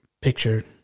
picture